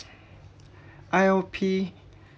I_L_P